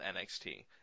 NXT